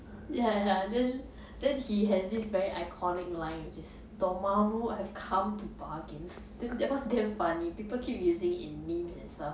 ya ya then then he has this very iconic line which is dormammu have come to bargain then that one damn funny people keep using it in memes and stuff